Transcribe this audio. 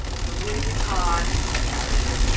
the louis vuitton pet carrier.